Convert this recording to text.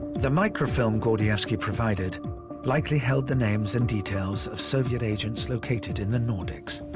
the microfilm gordievsky provided likely held the names and details of soviet agents located in the nordics.